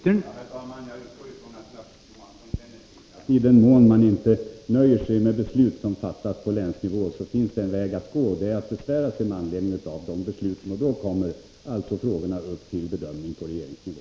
Herr talman! Jag utgår ifrån att Larz Johansson känner till att i den mån man inte nöjer sig med beslut som fattas på länsnivå finns det en väg att gå, och det är att besvära sig med anledning av det beslutet. Då kommer frågorna upp till bedömning på regeringsnivå.